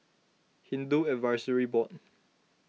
Hindu Advisory Board